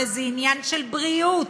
וזה עניין של בריאות,